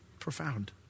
profound